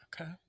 Okay